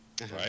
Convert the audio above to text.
right